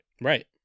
Right